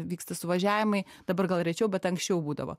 vyksta suvažiavimai dabar gal rečiau bet anksčiau būdavo